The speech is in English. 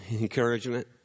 encouragement